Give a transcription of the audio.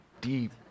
deep